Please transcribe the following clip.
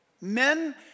Men